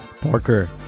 Parker